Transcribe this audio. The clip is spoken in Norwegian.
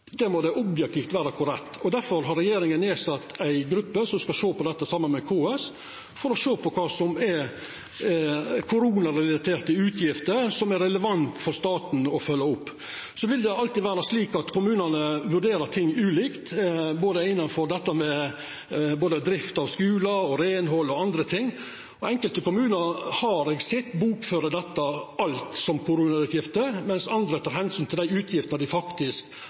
Det må vera objektivt korrekt. Difor har regjeringa sett ned ei gruppe som saman med KS skal sjå på kva som er koronarelaterte utgifter som er relevante for staten å følgja opp. Det vil alltid vera slik at kommunane vurderer ting ulikt, både når det gjeld drift av skular, reinhald og anna. Enkelte kommunar har eg sett bokfører alt dette som koronautgifter, mens andre tek omsyn til dei utgiftene dei faktisk